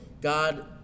God